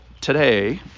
Today